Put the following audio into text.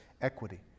equity